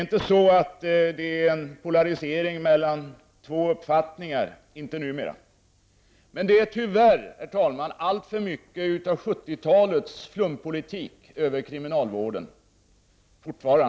Men, herr talman, det finns tyvärr fortfarande alltför mycket av 70-talets flumpolitik över kriminalvården.